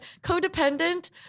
codependent